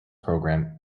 program